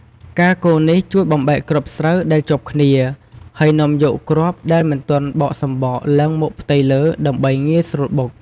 ការកូរនេះជួយបំបែកគ្រាប់ស្រូវដែលជាប់គ្នា ហើយនាំយកគ្រាប់ដែលមិនទាន់បកសម្បកឡើងមកផ្ទៃលើដើម្បីងាយស្រួលបុក។